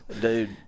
dude